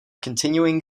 continuing